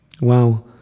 wow